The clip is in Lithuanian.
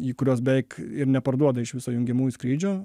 į kuriuos beveik ir neparduoda iš viso jungiamųjų skrydžių